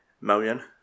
million